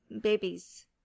babies